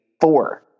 four